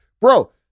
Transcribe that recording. Bro